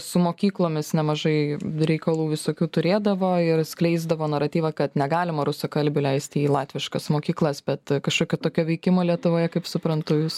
su mokyklomis nemažai reikalų visokių turėdavo ir skleisdavo naratyvą kad negalima rusakalbių leisti į latviškas mokyklas bet kažkokio tokio veikimo lietuvoje kaip suprantu jūs